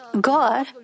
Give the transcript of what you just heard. God